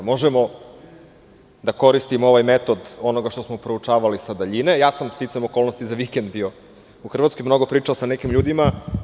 Možemo da koristimo ovaj metod onoga što smo proučavali sa daljine, a ja sam sticajem okolnosti za vikend bio u Hrvatskoj i pričao sa nekim ljudima.